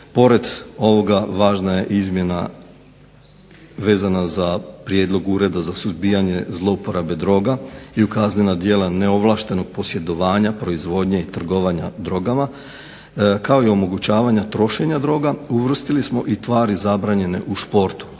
Pored ovoga važna je izmjena vezana za prijedlog Ureda za suzbijanje zlouporabe droga i u kaznena djela neovlaštenog posjedovanja, proizvodnje i trgovanja drogama kao i omogućavanja trošenja droga, uvrstili smo i tvari zabranjene u športu,